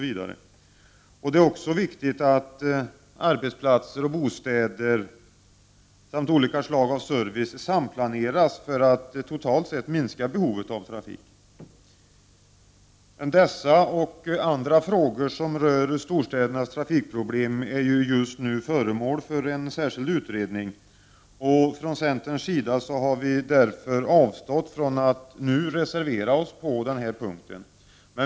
Vidare är det viktigt att arbetsplatser och bostäder samt olika slag av service samplaneras för att på det sättet totalt sett minska behovet av trafik. Dessa och andra frågor som rör storstädernas trafikproblem är just nu föremål för en särskild utredning. Vi i centern har därför avstått från att nu reservera oss på denna punkt.